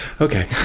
Okay